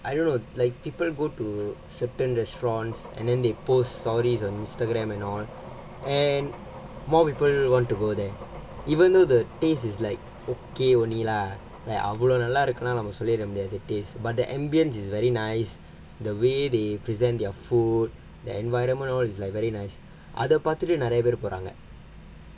I don't know like people go to certain restaurants and then they post stories on Instagram and all and more people want to go there even though the taste is like okay only lah like அவ்ளோ நல்லா இருக்குனு நாம சொல்லிட முடியாது:avlo nallaa irukkunu naama sollida mudiyaathu but the ambience is very nice the way the present their food the environment all is like very nice அத பார்த்துட்டு நிறைய பேரு போறாங்க:adha paarthuttu niraya peru poraanga